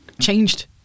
changed